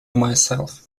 myself